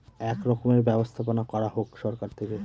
এক রকমের ব্যবস্থাপনা করা হোক সরকার থেকে